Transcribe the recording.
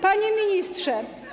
Panie Ministrze!